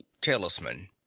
talisman